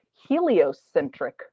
heliocentric